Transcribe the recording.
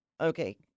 Okay